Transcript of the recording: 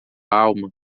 alma